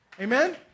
Amen